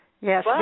Yes